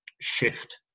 shift